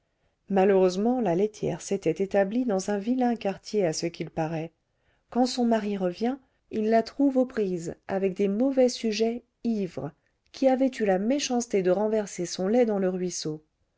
malheureusement la laitière s'était établie dans un vilain quartier à ce qu'il paraît quand son mari revient il la trouve aux prises avec des mauvais sujets ivres qui avaient eu la méchanceté de renverser son lait dans le ruisseau